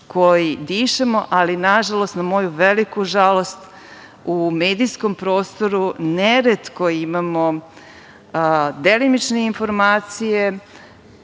koji dišemo, ali nažalost na moju veliku žalost u medijskom prostoru neretko imamo delimične informacije,